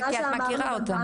כי את מכירה אותם.